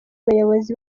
bayobozi